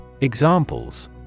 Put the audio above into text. Examples